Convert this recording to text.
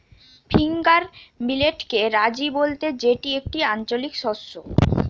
finger মিলেটকে রাজি বলতে যেটি একটি আঞ্চলিক শস্য